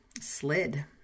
slid